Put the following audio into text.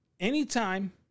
Anytime